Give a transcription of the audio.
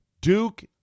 Duke